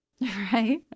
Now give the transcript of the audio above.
Right